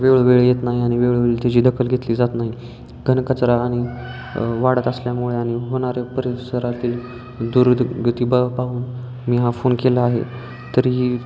वेळोवेळी येत नाही आणि वेळोवेळी त्याची दखल घेतली जात नाही घनकचरा आणि वाढत असल्यामुळे आणि होणाऱ्या परिसरातील दुर्गती बा पाहून मी हा फोन केला आहे तरीही